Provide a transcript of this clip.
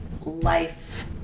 life